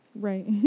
Right